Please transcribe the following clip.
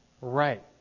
right